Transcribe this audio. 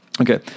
Okay